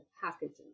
packaging